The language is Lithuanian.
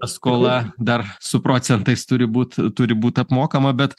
paskola dar su procentais turi būt turi būt apmokama bet